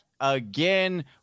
again